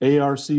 ARC